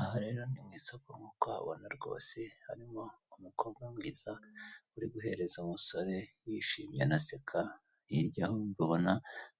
Aha rero ni mu isoko nk'uko uhabona rwose harimo umukobwa mwiza uri guhereza umusore wishimye anaseka hiryaho babona